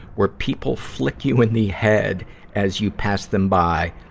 where people flick you in the head as you pass them by,